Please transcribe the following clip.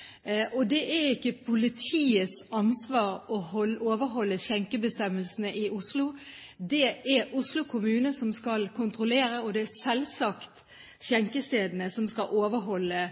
skjenkestedene. Det er ikke politiets ansvar å overholde skjenkebestemmelsene i Oslo. Det er det Oslo kommune som skal kontrollere, og det er selvsagt skjenkestedene som skal overholde